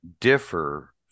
differ